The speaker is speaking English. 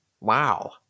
Wow